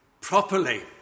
properly